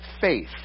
faith